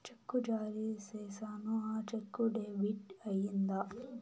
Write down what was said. చెక్కు జారీ సేసాను, ఆ చెక్కు డెబిట్ అయిందా